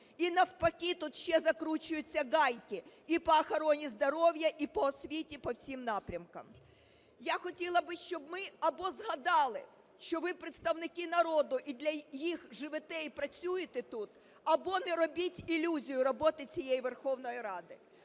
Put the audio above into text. і навпаки тут ще закручуються гайки і по охороні здоров'я, і по освіті, по всім напрямкам. Я хотіла б, щоб ми або згадали, що ви – представники народу і для їх живете і працюєте тут, або не робіть ілюзію роботи цієї Верховної Ради.